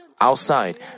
outside